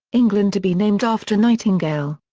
england to be named after nightingale.